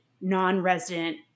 non-resident